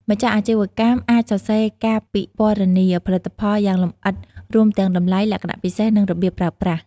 ម្ចាស់អាជីវកម្មអាចសរសេរការពិពណ៌នាផលិតផលយ៉ាងលម្អិត រួមទាំងតម្លៃ លក្ខណៈពិសេស និងរបៀបប្រើប្រាស់។